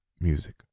music